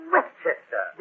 Westchester